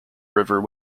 river